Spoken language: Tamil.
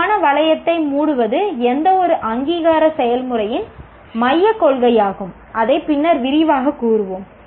தரமான வளையத்தை மூடுவது எந்தவொரு அங்கீகார செயல்முறையின் மையக் கொள்கையாகும் அதை பின்னர் விரிவாகக் கூறுவோம்